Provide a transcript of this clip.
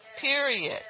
period